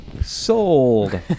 Sold